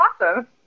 awesome